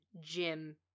Jim